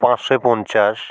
পাঁচশো পঞ্চাশ